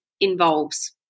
involves